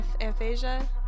aphasia